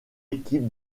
équipe